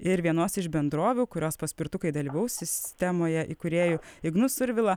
ir vienos iš bendrovių kurios paspirtukai dalyvaus sistemoje įkūrėju ignu survila